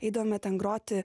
eidavome ten groti